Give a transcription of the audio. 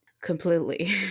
completely